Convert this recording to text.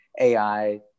AI